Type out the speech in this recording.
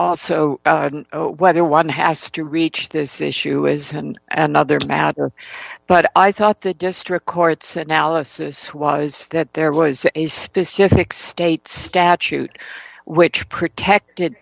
accurate whether one has to reach this issue is at another matter but i thought the district court's analysis was that there was a specific state statute which protected